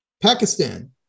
Pakistan